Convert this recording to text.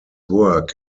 work